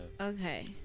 Okay